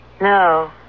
No